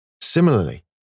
Similarly